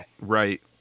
right